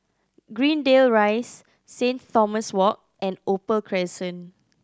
Greendale Rise Saint Thomas Walk and Opal Crescent